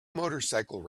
motorcycle